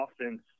offense